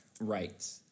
Right